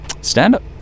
Stand-up